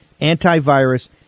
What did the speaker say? antivirus